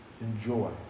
enjoy